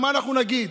מה אנחנו נגיד